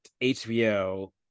HBO